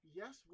yes